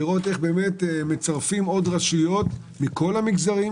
לראות איך מצרפים עוד רשויות מכל המגזרים